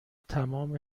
تمام